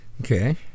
okay